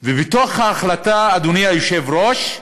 ובתוך ההחלטה, אדוני היושב-ראש,